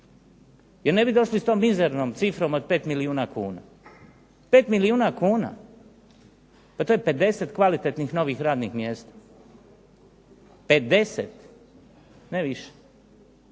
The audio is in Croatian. Jer ne bi došli s tom mizernom cifrom od 5 milijuna kuna. 5 milijuna kuna? Pa to je 50 kvalitetnih novih radnih mjesta. 50! Ne više.